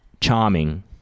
charming